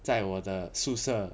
在我的宿舍